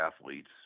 athletes